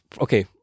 okay